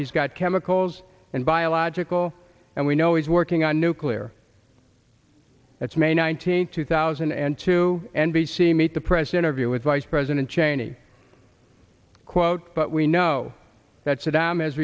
he's got chemicals and biological and we know he's working on nuclear that's may nineteenth two thousand and two n b c meet the press interview with vice president cheney quote but we know that saddam